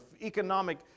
economic